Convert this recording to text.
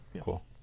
cool